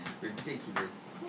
Ridiculous